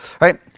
right